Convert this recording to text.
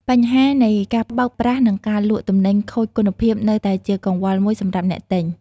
បញ្ហានៃការបោកប្រាស់និងការលក់ទំនិញខូចគុណភាពនៅតែជាកង្វល់មួយសម្រាប់អ្នកទិញ។